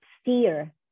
steer